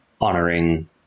honoring